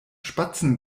spatzen